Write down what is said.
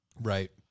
right